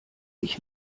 ich